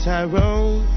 Tyrone